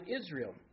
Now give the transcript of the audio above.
Israel